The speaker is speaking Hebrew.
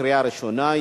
קריאה ראשונה.